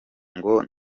ngo